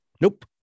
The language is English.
nope